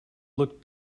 looked